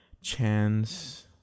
Chance